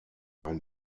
ein